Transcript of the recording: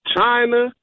China